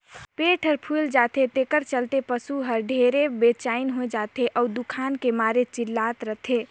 पेट हर फूइल जाथे तेखर चलते पसू हर ढेरे बेचइन हो जाथे अउ दुखान के मारे चिल्लात रथे